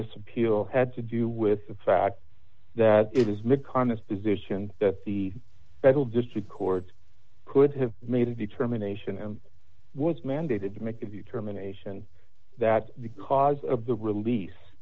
this appeal had to do with the fact that it is meconis position that the federal district court could have made a determination and was mandated to make a few terminations that because of the release